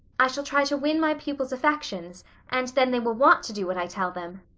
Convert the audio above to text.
i shall try to win my pupils' affections and then they will want to do what i tell them.